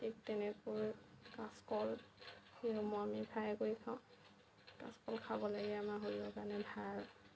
ঠিক তেনেকৈ কাচ কল মই আমি ফ্ৰাই কৰি খাওঁ কাচ কল খাব লাগে আমাৰ শৰীৰৰ কাৰণে ভাল